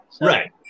Right